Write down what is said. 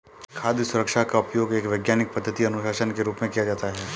खाद्य सुरक्षा का उपयोग एक वैज्ञानिक पद्धति अनुशासन के रूप में किया जाता है